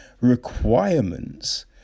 requirements